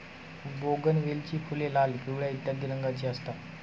बोगनवेलीची फुले लाल, पिवळ्या इत्यादी रंगांची असतात